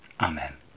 Amen